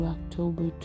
October